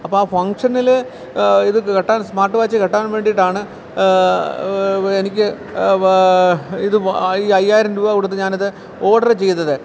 അപ്പം ആ ഫങ്ഷനിൽ ഇത് കെട്ടാൻ സ്മാട്ട് വാച്ച് കെട്ടാൻ വേണ്ടിയിട്ടാണ് എനിക്ക് ഇത് അയ്യായിരം രൂപ കൊടുത്ത് ഞാൻ അത് ഓഡ്റ് ചെയ്തത്